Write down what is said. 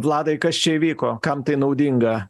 vladai kas čia įvyko kam tai naudinga